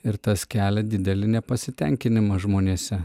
ir tas kelia didelį nepasitenkinimą žmonėse